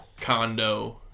condo